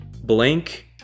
Blank